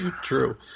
true